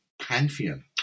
Pantheon